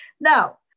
Now